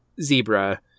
zebra